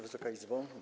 Wysoka Izbo!